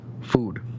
Food